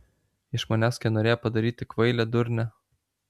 iš manęs kai norėjo padaryti kvailę durnę